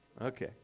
Okay